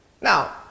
Now